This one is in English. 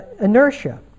inertia